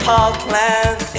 Parkland